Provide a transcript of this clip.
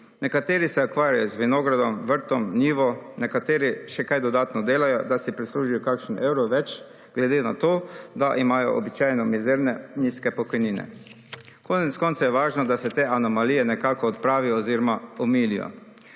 nekateri se ukvarjajo z vinogradom, vrtom, njivo, nekateri še kaj dodatno delajo, da si prislužijo kakšen evro več glede na to, da imajo običajno mizerno nizke pokojnine. Konec koncev je važno, da se te anomalije nekako odpravijo oziroma omilijo.